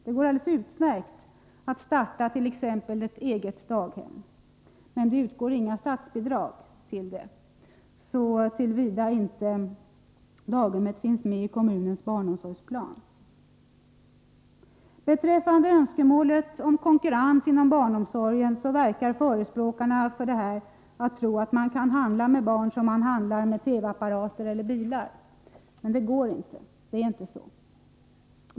Det går alldeles utmärkt att starta ett eget daghem. Men det utgår inga statsbidrag till det — såvida inte daghemmet finns med i kommunens barnomsorgsplan. De som förespråkar konkurrens inom barnomsorgen tycks tro att man kan handla med barn som man handlar med TV-apparater eller bilar. Men det går inte.